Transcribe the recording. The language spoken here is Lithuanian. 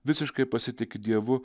visiškai pasitiki dievu